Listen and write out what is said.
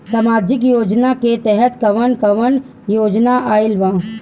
सामाजिक योजना के तहत कवन कवन योजना आइल बा?